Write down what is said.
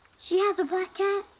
she has a black cat.